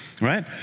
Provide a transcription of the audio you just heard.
right